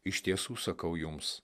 iš tiesų sakau jums